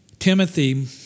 Timothy